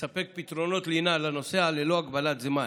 לספק פתרונות לינה לנוסע ללא הגבלת זמן,